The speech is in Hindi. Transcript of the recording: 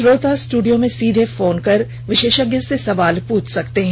श्रोता स्टूडियो में सीधे फोन कर विशेषज्ञ से सवाल पूछ सकते हैं